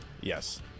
Yes